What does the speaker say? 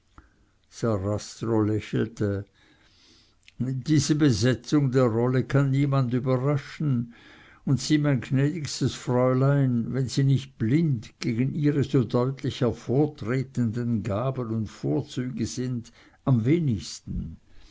lächelte diese besetzung der rolle kann niemand überraschen und sie mein gnädigstes fräulein wenn sie nicht blind gegen ihre so deutlich hervortretenden gaben und vorzüge sind am wenigsten